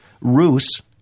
ruse